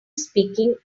speaking